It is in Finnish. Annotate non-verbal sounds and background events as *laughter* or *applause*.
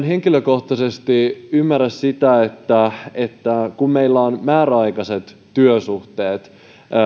*unintelligible* henkilökohtaisesti ymmärrä sitä että kun meillä on määräaikaiset työsuhteet